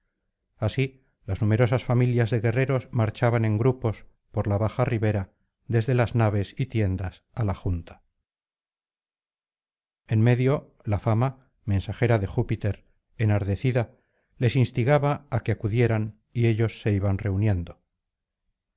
así las numerosas familias de guerreros marchaban en grupos ppr la baja ribera desde las naves y tiendas á la junta en medio la fama mensajera de júpiter enardecida les instigaba á que acudieran y ellos se iban reuniendo